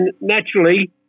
naturally